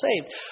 saved